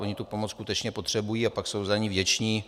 Oni tu pomoc skutečně potřebují a pak jsou za ni vděční.